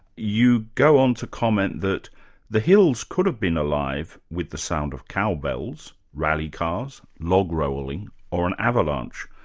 you go on to comment that the hills could have been alive with the sound of cowbells, rally cars, log-rolling or an avalanche,